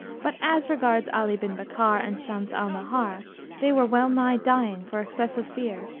but as regards ali bin bakkar and shams al-nahar they were well-nigh dying for excess of fear,